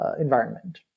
environment